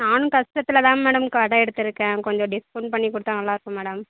நான் கஷ்டத்தில்தான் மேடம் கடை எடுத்திருக்கேன் கொஞ்சம் டிஸ்கவுண்ட் பண்ணி கொடுத்தா நல்லாயிருக்கும் மேடம்